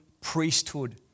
priesthood